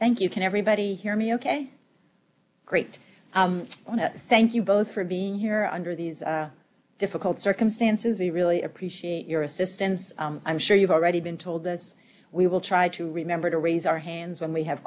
thank you can everybody hear me ok great i want to thank you both for being here under these difficult circumstances e really appreciate your assistance i'm sure you've already been told this we will try to remember to raise our hands when we have